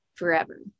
forever